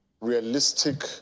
realistic